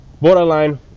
borderline